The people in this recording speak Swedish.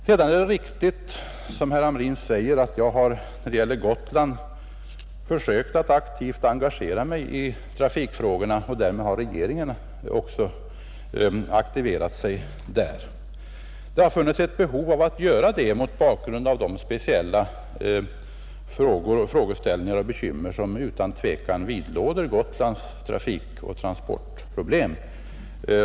Sedan är det riktigt som herr Hamrin säger att jag har försökt att aktivt engagera mig i trafikfrågorna på Gotland, och därmed har också regeringen aktiverat sig i dem. Det har funnits ett behov av att göra det mot bakgrunden av de speciella frågeställningar och bekymmer som utan tvivel vidlåder Gotlands trafikoch transportproblem.